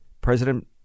President